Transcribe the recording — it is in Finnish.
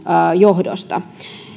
johdosta